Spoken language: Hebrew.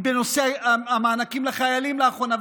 בנושא המענקים לחיילים לאחרונה,